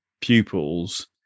pupils